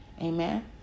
Amen